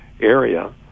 area